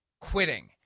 quitting